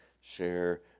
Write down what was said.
share